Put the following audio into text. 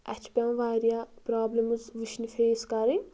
اَسہِ چھِ پٮ۪وان واریاہ پرٛالِمٕز وٕچھنہِ فیس کَرٕنۍ